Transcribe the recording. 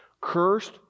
Cursed